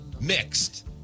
mixed